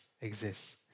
exists